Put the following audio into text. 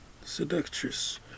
Seductress